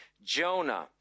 Jonah